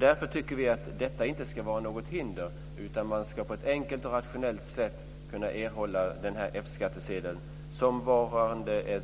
Därför tycker vi att detta inte ska vara något hinder utan att man på ett enkelt och rationellt sätt ska kunna erhålla den här F skattsedeln som varande